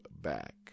back